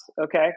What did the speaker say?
okay